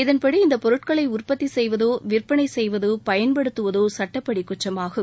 இதன்படி இந்த பொருட்களை உற்பத்தி செய்வதோ விற்பனை செய்வதோ பயன்படுத்துவதோ சட்டப்படி குற்றமாகும்